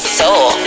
soul